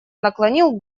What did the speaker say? наклонил